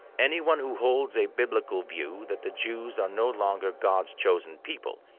anyone who holds a biblical view that the jews are no longer god's chosen people,